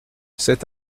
cet